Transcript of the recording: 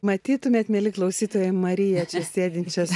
matytumėt mieli klausytojai mariją čia sėdinčias